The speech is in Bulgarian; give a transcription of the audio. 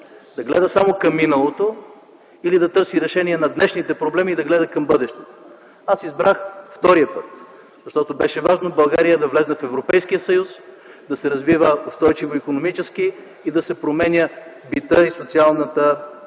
да гледа само към миналото или да търси решение на днешните проблеми и да гледа към бъдещето. Аз избрах втория път, защото беше важно България да влезе в Европейския съюз, да се развива устойчиво икономически и да се променят битът и социалното ежедневие